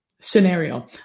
scenario